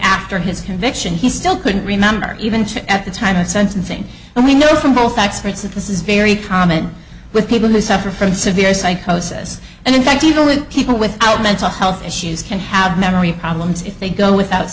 after his conviction he still couldn't remember even at the time of sentencing and we know from both experts that this is very common with people who suffer from severe psychosis and in fact people with people without mental health issues can have memory problems if they go without